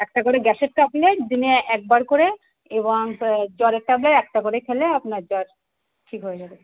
একটা করে গ্যাসের ট্যাবলেট দিনে একবার করে এবং জ্বরের ট্যাবলেট একটা করে খেলে আপনার জ্বর ঠিক হয়ে যাবে